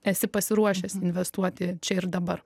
esi pasiruošęs investuoti čia ir dabar